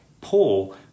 Paul